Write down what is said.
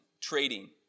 trading